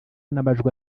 n’amajwi